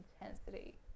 intensity